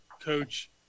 coach